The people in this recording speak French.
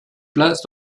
place